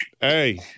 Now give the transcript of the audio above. hey